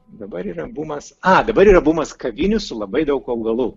dabar yra bumas a dabar yra bumas kavinių su labai daug augalų